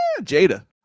Jada